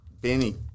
Benny